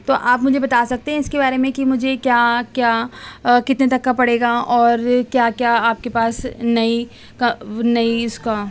تو آپ مجھے بتا سکتے ہیں اس کے بارے میں کہ مجھے کیا کیا کتنے تک کا پڑے گا اور کیا کیا آپ کے پاس نئی نئی اس کا